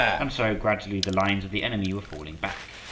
and so, gradually, the lines of the enemy were falling back,